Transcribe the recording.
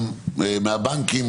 גם מהבנקים,